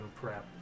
prep